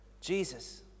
Jesus